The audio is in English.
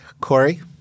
Corey